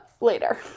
later